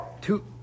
Two